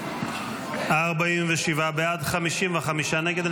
לא נתקבלה 47 בעד, 55 נגד.